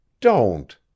Don't